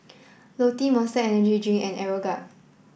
Lotte Monster Energy Drink and Aeroguard